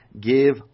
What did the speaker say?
give